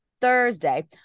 Thursday